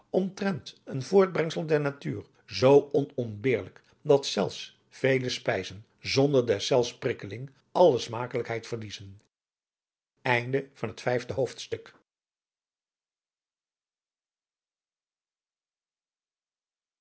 omtrent een voortbrengsel der natuur zoo onontbeerlijk dat zelfs vele spijzen zonder deszelfs prikkeling alle smakelijkheid verliezen